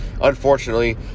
Unfortunately